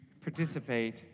participate